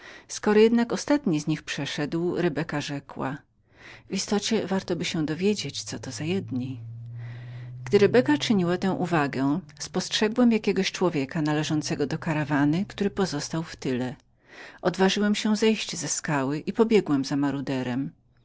skoro jednak ostatni przeszedł rebeka rzekła w istocie wartoby się dowiedzieć co to są za ludzie gdy rebeka czyniła tę uwagę spostrzegłem jednego człowieka z karawany który pozostał był w tyle odważyłem się zleźć ze skały i pobiegłem za